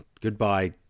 goodbye